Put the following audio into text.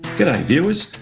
viewers,